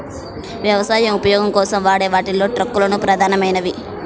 వ్యవసాయ ఉపయోగం కోసం వాడే వాటిలో ట్రక్కులు ప్రధానమైనవి